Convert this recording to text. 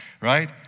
right